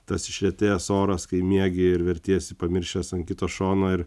tas išretėjęs oras kai miegi ir vertiesi pamiršęs ant kito šono ir